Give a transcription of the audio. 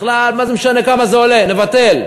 בכלל, מה זה משנה כמה זה עולה, לבטל.